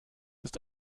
ist